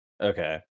Okay